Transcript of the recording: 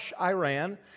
Iran